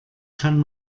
kann